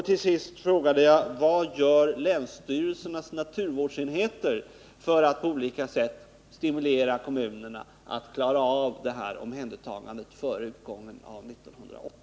Till sist frågade jag: Vad gör länsstyrelsernas naturvårdsenheter för att på olika sätt stimulera kommunerna att klara av omhändertagandet före utgången av år 1980?